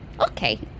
Okay